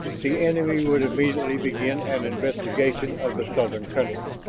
the enemy would immediately begin an investigation of the southern country.